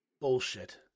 Bullshit